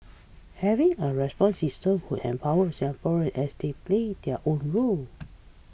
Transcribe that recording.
having a response system would empower Singaporeans as they play their own role